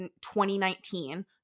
2019